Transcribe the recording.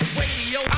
radio